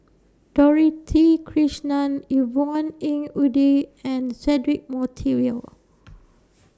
Dorothy Krishnan Yvonne Ng Uhde and Cedric Monteiro